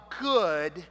good